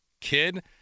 kid